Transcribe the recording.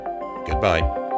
goodbye